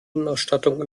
innenausstattung